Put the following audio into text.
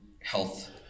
health